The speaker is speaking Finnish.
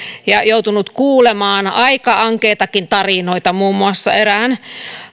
ja joutunut kuulemaan aika ankeitakin tarinoita muun muassa erään